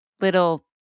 little